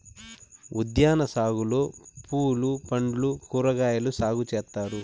ఉద్యాన సాగులో పూలు పండ్లు కూరగాయలు సాగు చేత్తారు